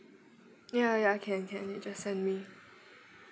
ya ya can can you just send me